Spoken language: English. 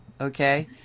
Okay